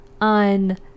on